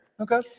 Okay